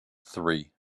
three